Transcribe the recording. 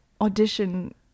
audition